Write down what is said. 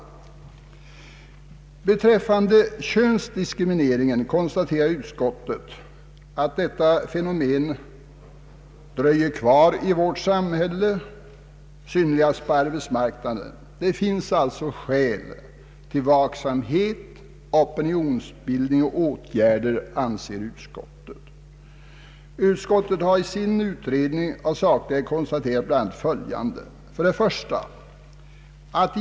Beträffande könsdiskrimineringen konstaterar utskottet, att detta fenomen dröjer kvar i vårt samhälle, i synnerhet på arbetsmarknaden, Det finns alltså skäl till vaksamhet, opinionsbildning och åtgärder, anser utskottet. Utskottet har i sin utredning av sakläget bl.a. konstaterat följande. 1.